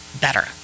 better